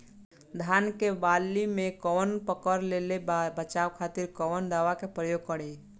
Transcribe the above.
धान के वाली में कवक पकड़ लेले बा बचाव खातिर कोवन दावा के प्रयोग करी?